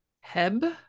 Heb